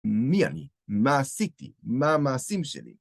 מי אני? מה עשיתי? מה המעשים שלי?